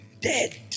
dead